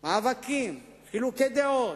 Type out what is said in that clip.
מאבקים, חילוקי דעות,